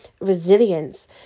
resilience